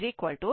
86 71